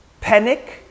panic